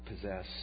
possess